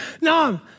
No